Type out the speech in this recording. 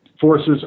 forces